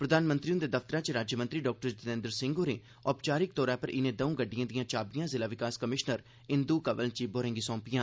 प्रधनमंत्री हुंदे दफ्तरै च राज्यमंत्री डॉ जितेंद्र सिंह होरें औपचारिक तौरा पर इनें दर्ऊ गड़िडएं दियां चाबियां जिला विकास कमिशनर इंदू कंवल चिब होरें गी सौंपियां